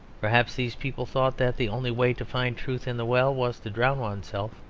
perhaps these people thought that the only way to find truth in the well was to drown oneself.